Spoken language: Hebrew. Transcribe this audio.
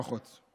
לפחות,